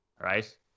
right